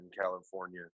California